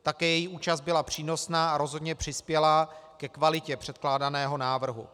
Také jejich účast byla přínosná a rozhodně přispěla ke kvalitě předkládaného návrhu.